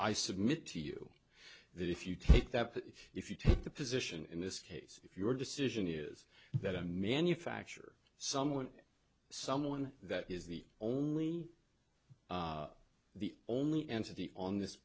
i submit to you that if you take that if you take the position in this case if your decision is that i manufacture someone someone that is the only the only entity on this